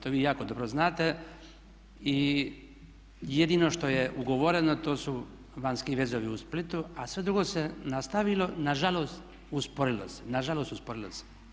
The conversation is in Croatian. To vi jako dobro znate i jedino što je ugovoreno to su vanjski vezovi u Splitu a sve drugo se nastavilo nažalost usporilo se, nažalost usporilo se.